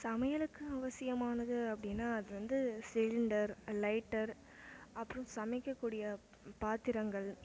சமையலுக்கு அவசியமானது அப்படின்னா அது வந்து சிலிண்டர் லைட்டர் அப்புறம் சமைக்கக்கூடிய பாத்திரங்கள்